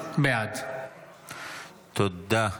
בעד תודה.